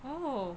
oh